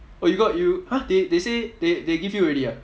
oh you got you !huh! they they say they they give you already ah